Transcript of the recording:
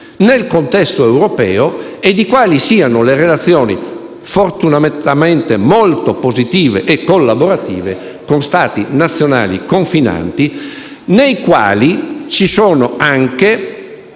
nel contesto europeo e di quali siano le relazioni, fortunatamente molto positive e collaborative, con Stati nazionali confinanti, nei quali ci sono anche